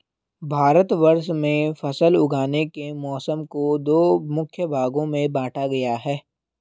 भारतवर्ष में फसल उगाने के मौसम को दो मुख्य भागों में बांटा गया है